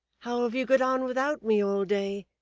how have you got on without me all day?